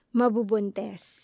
mabubuntes